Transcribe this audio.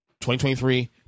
2023